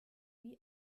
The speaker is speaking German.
wie